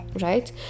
right